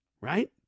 Right